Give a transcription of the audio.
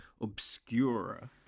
Obscura